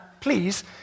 please